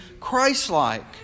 Christ-like